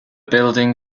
building